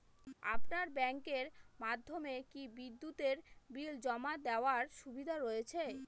আপনার ব্যাংকের মাধ্যমে কি বিদ্যুতের বিল জমা দেওয়ার সুবিধা রয়েছে?